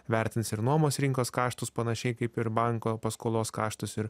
vertins ir nuomos rinkos kaštus panašiai kaip ir banko paskolos kaštus ir